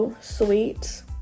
sweet